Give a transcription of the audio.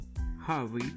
Harvey